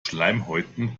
schleimhäuten